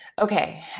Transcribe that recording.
okay